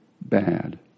bad